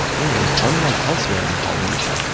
and, unlike elsewhere in polynesia,